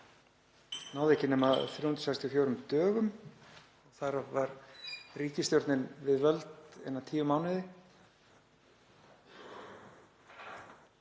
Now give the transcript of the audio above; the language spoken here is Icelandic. náði ekki nema 364 dögum. Þar af var ríkisstjórnin við völd í innan við tíu mánuði